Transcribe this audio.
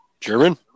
German